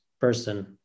person